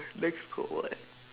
nex got what